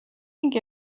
ning